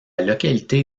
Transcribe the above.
localité